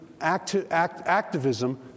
activism